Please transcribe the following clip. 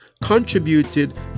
contributed